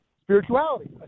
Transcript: spirituality